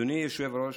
אדוני היושב-ראש,